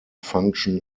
function